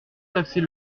taxer